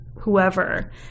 whoever